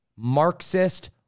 Marxist